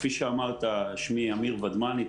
שמי אמיר ודמני,